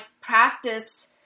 practice